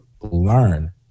learn